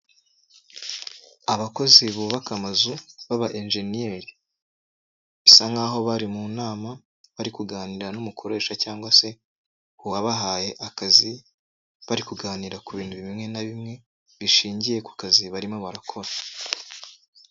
Abakozi bubaka amazu b'aba injeniyeri, bisa nk'aho bari mu nama bari kuganira n'umukoresha cyangwa se uwabahaye akazi, bari kuganira ku bintu bimwe na bimwe bishingiye ku kazi barimo barakora.